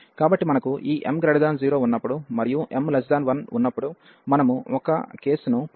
కాబట్టి మనకు ఈ m0 ఉన్నప్పుడు మరియు m1 ఉన్నప్పుడు మనము ఒక కేసును పరిశీలిస్తున్నాము